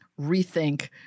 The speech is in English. rethink